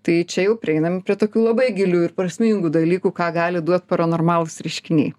tai čia jau prieinam prie tokių labai gilių ir prasmingų dalykų ką gali duot paranormalūs reiškiniai